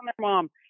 mom